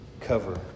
cover